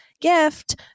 gift